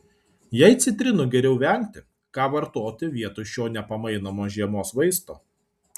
jei citrinų geriau vengti ką vartoti vietoj šio nepamainomo žiemos vaisto